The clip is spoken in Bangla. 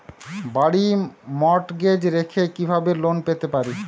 বাড়ি মর্টগেজ রেখে কিভাবে লোন পেতে পারি?